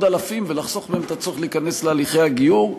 אלפים ולחסוך מהם את הצורך להיכנס להליכי הגיור,